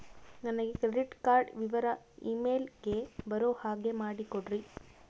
ನನಗೆ credit card ವಿವರ email ಗೆ ಬರೋ ಹಾಗೆ ಮಾಡಿಕೊಡ್ರಿ?